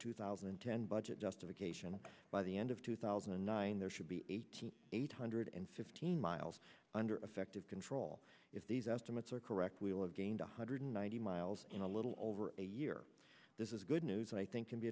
two thousand and ten budget justification by the end of two thousand and nine there should be eighty eight hundred and fifteen miles under effective control if these estimates are correct we will have gained one hundred ninety miles in a little over a year this is good news i think can be